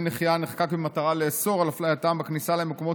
נחייה נחקק במטרה לאסור על הפלייתם בכניסה למקומות